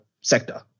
sector